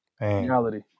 reality